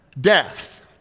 death